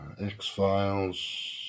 X-Files